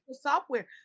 software